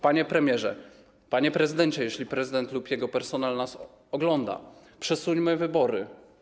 Panie premierze, panie prezydencie - jeśli prezydent lub jego personel nas ogląda - przesuńmy wybory.